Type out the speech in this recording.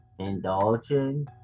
indulging